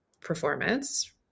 performance